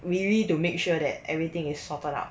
really to make sure that everything is sorted out